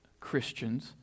christians